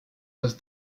has